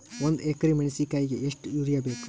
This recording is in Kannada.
ಒಂದ್ ಎಕರಿ ಮೆಣಸಿಕಾಯಿಗಿ ಎಷ್ಟ ಯೂರಿಯಬೇಕು?